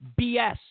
BS